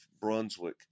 Brunswick